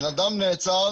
בן אדם נעצר,